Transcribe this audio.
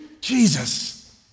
Jesus